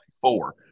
four